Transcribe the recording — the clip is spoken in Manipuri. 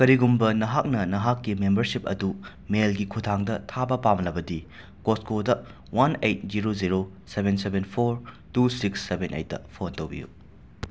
ꯀꯔꯤꯒꯨꯝꯕ ꯅꯍꯥꯛꯅ ꯅꯍꯥꯛꯀꯤ ꯃꯦꯝꯕꯔꯁꯤꯞ ꯑꯗꯨ ꯃꯦꯜꯒꯤ ꯈꯨꯠꯊꯥꯡꯗ ꯊꯥꯕ ꯄꯥꯝꯂꯕꯗꯤ ꯀꯣꯁꯀꯣꯗ one eight zero zero seven seven four two six seven ꯑꯩꯠꯇ ꯐꯣꯟ ꯇꯧꯕꯤꯌꯨ